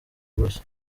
gutya